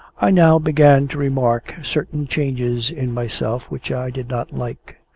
i now began to remark certain changes in myself which i did not like.